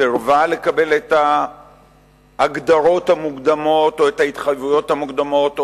סירבה לקבל את ההגדרות המוקדמות או את ההתחייבויות המוקדמות,